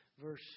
Verse